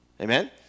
Amen